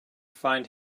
find